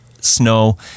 snow